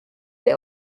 der